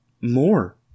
more